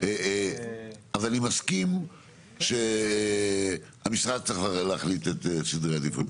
אז אני מסכים שהמשרד צריך להחליט את סדרי העדיפויות,